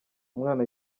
umwana